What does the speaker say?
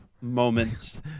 moments